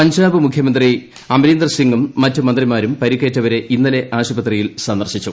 പഞ്ചാബ് മുഖ്യമന്ത്രി അമരീന്ദർസിംഗും മറ്റ് മന്ത്രിമാരും പരിക്കേറ്റവരെ ഇന്നലെ ആശുപത്രിയിൽ സന്ദർശിച്ചു